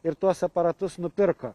ir tuos aparatus nupirko